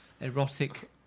erotic